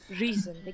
reason